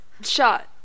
shot